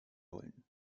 wollen